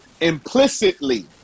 implicitly